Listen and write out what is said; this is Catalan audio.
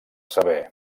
saber